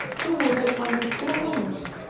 who will make my new clothes?